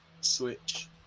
switch